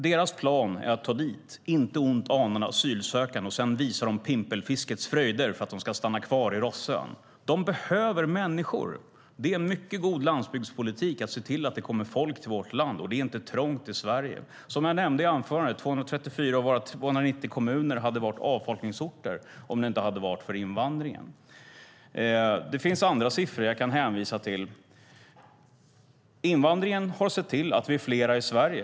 Deras plan är att ta dit intet ont anande asylsökande och sedan visa dem pimpelfiskets fröjder för att de ska stanna kvar i Rossön. De behöver människor! Det är mycket god landsbygdspolitik att se till att det kommer folk till vårt land - och det är inte trångt i Sverige. Som jag nämnde i mitt anförande hade 234 av våra 290 kommuner varit avfolkningsorter om det inte hade varit för invandringen. Det finns andra siffror som jag kan hänvisa till. Invandringen har sett till att vi är flera i Sverige.